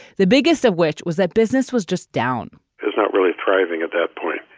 the biggest of which was that business was just down is not really thriving at that point.